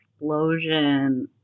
explosion